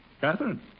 Catherine